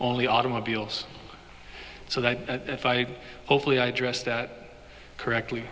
only automobiles so that if i hopefully i dress that correctly